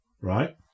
Right